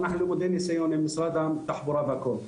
אנחנו למודי ניסיון עם משרד התחבורה והכול.